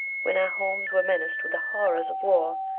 when our homes were menaced with the horrors of war,